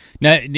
now